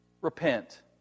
repent